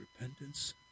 repentance